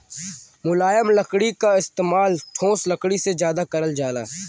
मुलायम लकड़ी क इस्तेमाल ठोस लकड़ी से जादा करल जाला